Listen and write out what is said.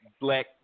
black